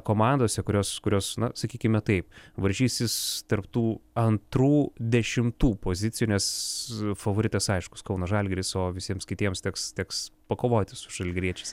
komandose kurios kurios na sakykime taip varžysis tarp tų antrų dešimtų pozicijų nes favoritas aiškus kauno žalgiris o visiems kitiems teks teks pakovoti su žalgiriečiais